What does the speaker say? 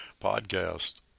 podcast